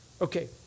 Okay